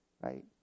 right